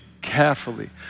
carefully